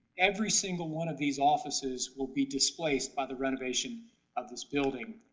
every single one of these offices will be displaced by the renovation of this building.